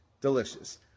Delicious